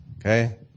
Okay